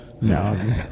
No